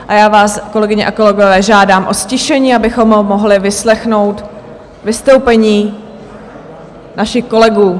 A já vás, kolegyně a kolegové, žádám o ztišení, abychom mohli vyslechnout vystoupení našich kolegů.